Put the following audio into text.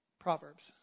proverbs